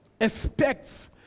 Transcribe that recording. expects